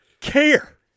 care